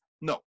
No